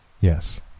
Yes